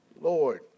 Lord